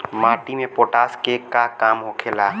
माटी में पोटाश के का काम होखेला?